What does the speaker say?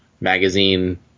magazine